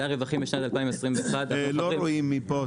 זה הרווחים בשנת 2021. לא רואים מפה,